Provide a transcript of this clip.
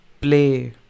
play